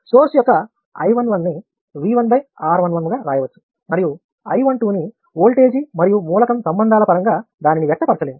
source యొక్క I 11 నీ V1R11 గా రాయవచ్చు మరియు I12 ని వోల్టేజీ మరియు మూలకం సంబంధాల పరంగా దానిని వ్యక్తపరచలేము